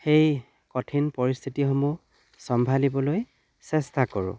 সেই কঠিন পৰিস্থিতিসমূহ চম্ভালিবলৈ চেষ্টা কৰোঁ